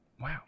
wow